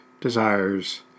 desires